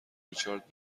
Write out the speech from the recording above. ریچارد